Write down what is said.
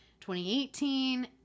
2018